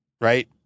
right